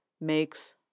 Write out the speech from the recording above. makes